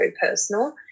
personal